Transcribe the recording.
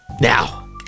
Now